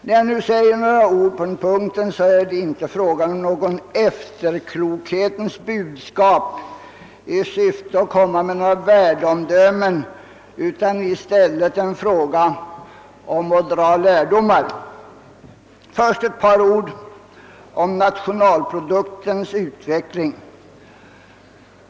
När jag nu säger några ord om detta är det inte fråga om något efterklokhetens budskap i syfte att skapa underlag för värdeomdömen utan i stället en fråga om att dra lärdomar av det som inträffat. Först ett par ord om nationalproduktens utveckling.